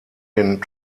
den